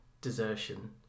desertion